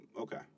Okay